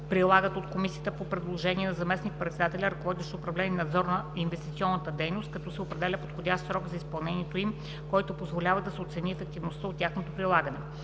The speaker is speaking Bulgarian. прилагат от Комисията по предложение на заместник-председателя, ръководещ управление „Надзор на инвестиционната дейност“, като се определя подходящ срок за изпълнението им, който позволява да се оцени ефективността от тяхното прилагане.“